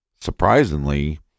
Surprisingly